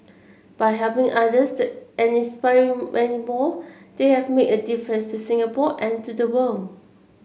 by helping others and inspiring many more they have made a differences in Singapore and to the world